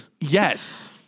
Yes